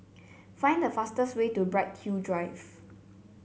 find the fastest way to Bright Hill Drive